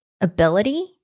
ability